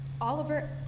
Oliver